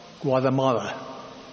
Guatemala